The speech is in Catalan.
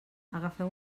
agafeu